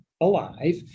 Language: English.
alive